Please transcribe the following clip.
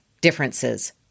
differences